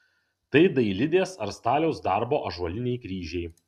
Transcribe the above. tai dailidės ar staliaus darbo ąžuoliniai kryžiai